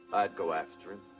i'd go after him.